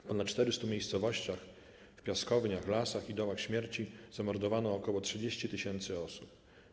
W ponad 400 miejscowościach, w piaskowniach, lasach i dołach śmierci zamordowano około 30 tysięcy osób.